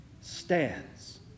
stands